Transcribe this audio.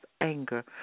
anger